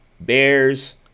Bears